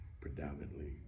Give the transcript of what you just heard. predominantly